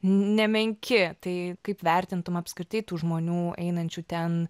nemenki tai kaip vertintum apskritai tų žmonių einančių ten